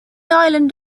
island